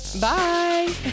Bye